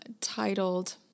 titled